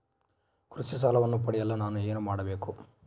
ಕೃಷಿ ಸಾಲವನ್ನು ಪಡೆಯಲು ನಾನು ಏನು ಮಾಡಬೇಕು?